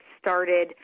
started